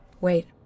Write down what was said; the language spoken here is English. Wait